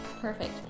Perfect